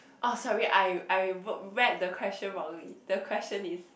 oh sorry I I read the question wrongly the question is